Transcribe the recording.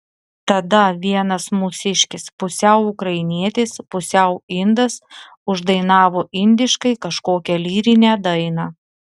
tada vienas mūsiškis pusiau ukrainietis pusiau indas uždainavo indiškai kažkokią lyrinę dainą